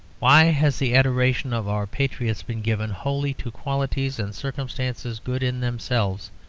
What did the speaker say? why has the adoration of our patriots been given wholly to qualities and circumstances good in themselves,